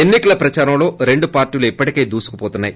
ఎన్ని కల ప్రదారం లో రెండు పార్టీ లు ఇప్పటికే దూసుకు పోతున్నాయి